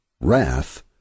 wrath